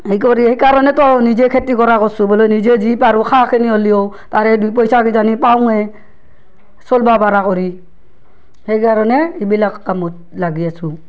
সেই কৰি সেইকাৰণেতো নিজে খেতি কৰা কৰিছোঁ বোলো নিজে যি পাৰোঁ খাওঁ খেনি হ'লিও তাৰে দুইপইচা কিজানি পাওঁৱে চলিব পৰা কৰি সেইকাৰণে এইবিলাক কামত লাগি আছোঁ